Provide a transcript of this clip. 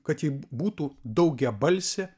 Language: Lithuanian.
kad ji bū būtų daugiabalsė